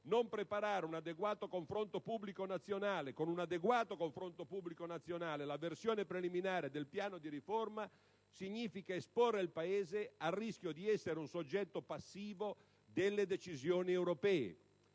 contesto europeo non preparare con un adeguato confronto pubblico nazionale la versione preliminare del piano di riforma significa esporre il Paese al rischio di essere un soggetto passivo delle decisioni europee